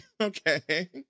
Okay